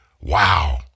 Wow